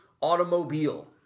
automobile